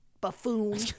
buffoon